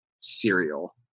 cereal